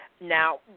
Now